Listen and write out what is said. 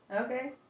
Okay